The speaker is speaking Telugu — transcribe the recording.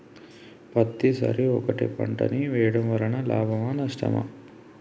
పత్తి సరి ఒకటే పంట ని వేయడం వలన లాభమా నష్టమా?